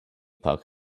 puck